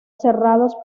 cerrados